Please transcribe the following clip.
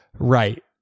Right